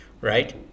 right